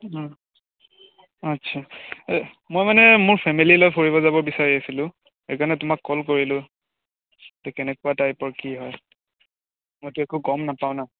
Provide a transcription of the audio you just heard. আচ্ছা মই মানে মোৰ ফেমেলি লৈ ফুৰিব যাব বিচাৰি আছিলোঁ সেইকাৰণে তোমাক কল কৰিলোঁ তে কেনেকুৱা টাইপৰ কি হয় মইতো একো গ'ম নাপাওঁ না